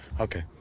Okay